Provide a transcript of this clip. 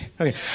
Okay